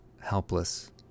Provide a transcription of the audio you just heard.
helpless